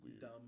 Dumb